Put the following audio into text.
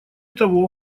того